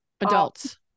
Adults